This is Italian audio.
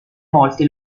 molti